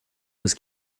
was